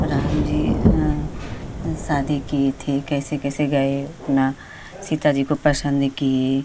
राम जी शादी किए थे कैसे कैसे गए अपना सीता जी को पसंद किए